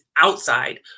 outside